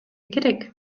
керек